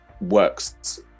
works